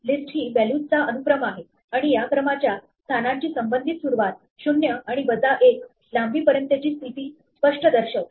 list ही values चा अनुक्रम आहे आणि या क्रमाच्या स्थानांची संबंधित सुरुवात 0आणि वजा 1 लांबी पर्यंतची स्थिती स्पष्ट दर्शवते